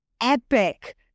epic